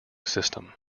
system